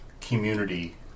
community